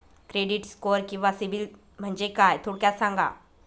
Credit score किंवा CIBIL म्हणजे काय? थोडक्यात सांगा